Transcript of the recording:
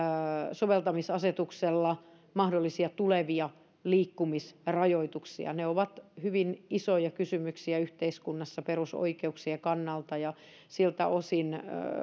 soveltamisasetuksella mahdollisia tulevia liikkumisrajoituksia ne ovat hyvin isoja kysymyksiä yhteiskunnassa perusoikeuksien kannalta ja siltä osin